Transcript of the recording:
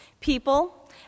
People